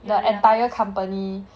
you're the youngest